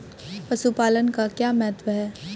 पशुपालन का क्या महत्व है?